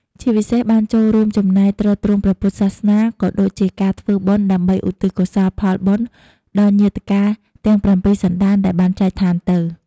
ពិសេសបានជួយរួមចំណែកទ្រទ្រង់ព្រះពុទ្ធសាសនា ក៏ដូចជាការធ្វើបុណ្យដើម្បីឧទ្ទិសកុសលផលបុណ្យដល់ញាតិកាទាំងប្រាំពីរសន្តានដែលបានចែកឋានទៅ។